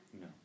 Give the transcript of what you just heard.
No